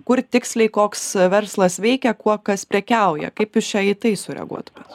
kur tiksliai koks verslas veikia kuo kas prekiauja kaip jūs čia į tai sureaguotumėt